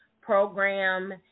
program